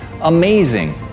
amazing